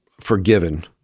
forgiven